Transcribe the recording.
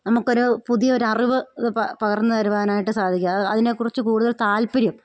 നമുക്കൊരു പുതിയൊരറിവ് അതു പകർന്നു തരുവാനായിട്ട് സാധിക്കുക അത് അതിനെക്കുറിച്ച് കൂടുതൽ താല്പര്യം